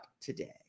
today